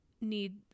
need